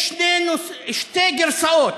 יש שתי גרסאות,